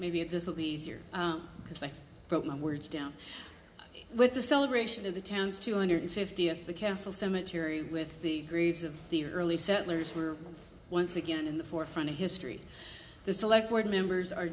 maybe this will be easier because i wrote my words down with the celebration of the town's two hundred fifty at the castle cemetery with the graves of the early settlers were once again in the forefront of history the select board members are